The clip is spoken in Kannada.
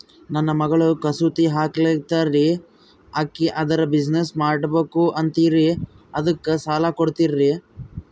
ನನ್ನ ಮಗಳು ಕಸೂತಿ ಹಾಕ್ತಾಲ್ರಿ, ಅಕಿ ಅದರ ಬಿಸಿನೆಸ್ ಮಾಡಬಕು ಅಂತರಿ ಅದಕ್ಕ ಸಾಲ ಕೊಡ್ತೀರ್ರಿ?